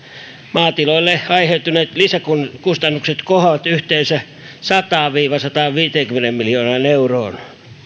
maatiloille aiheutuneet lisäkustannukset kohoavat yhteensä sataan viiva sataanviiteenkymmeneen miljoonaan euroon